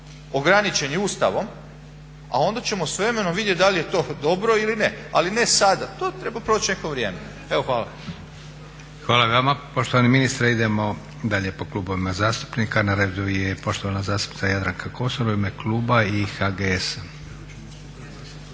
ograničeni Ustavom, a onda ćemo s vremenom vidjet da li je to dobro ili ne. Ali ne sada, to treba proći neko vrijeme. Hvala. **Leko, Josip (SDP)** Hvala i vama poštovani ministre. Idemo dalje po klubovima zastupnika. Na redu je poštovana zastupnica Jadranka Kosor u ime kluba i HGS-a.